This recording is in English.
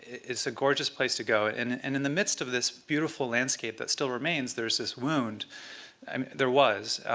it's a gorgeous place to go. and and in the midst of this beautiful landscape that still remains, there is this wound um there was.